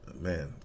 man